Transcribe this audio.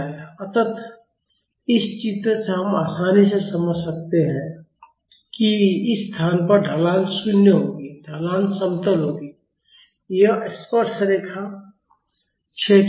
अतः इस चित्र से हम आसानी से समझ सकते हैं कि इस स्थान पर ढलान 0 होगी ढलान समतल होगी यह स्पर्शरेखा क्षैतिज होगी